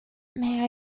may